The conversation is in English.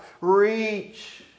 reach